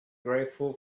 grateful